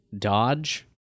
dodge